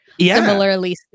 similarly